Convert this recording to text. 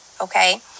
okay